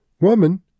Woman